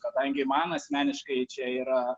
kadangi man asmeniškai čia yra